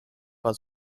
war